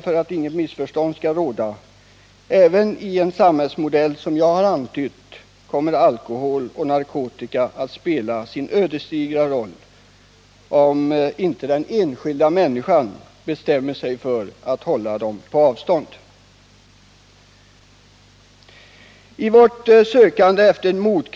För att inget missförstånd skall råda vill jag tillägga att även i ett samhälle av det slag jag här antytt kommer alkohol och narkotika att spela sin ödesdigra roll, om inte den enskilda människan bestämmer sig för att hålla alkoholen och narkotikan på avstånd. I vårt sökande efter medel mot